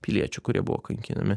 piliečių kurie buvo kankinami